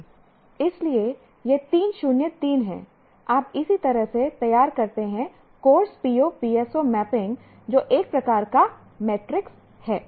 इसलिए यह 3 0 3 हैI आप इसी तरह से तैयार करते हैं कोर्स PO PSO मैपिंग जो एक प्रकार का मैट्रिक्स है